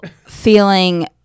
feeling